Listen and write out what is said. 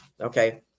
Okay